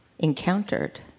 encountered